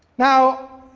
now,